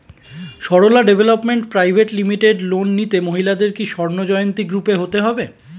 Sarala development private limited loan নিতে মহিলাদের কি স্বর্ণ জয়ন্তী গ্রুপে হতে হবে?